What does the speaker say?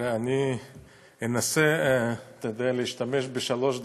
אני אנסה להשתמש בשלוש דקות,